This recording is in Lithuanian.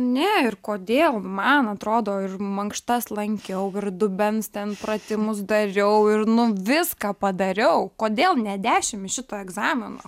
ne ir kodėl man atrodo ir mankštas lankiau ir dubens ten pratimus dariau ir nu viską padariau kodėl ne dešim iš šito egzamino